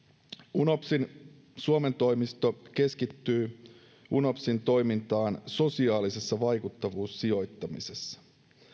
unopsin suomen toimisto keskittyy unopsin toimintaan sosiaalisessa vaikuttavuussijoittamisessa